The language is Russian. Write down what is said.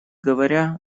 говоря